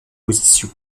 position